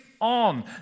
on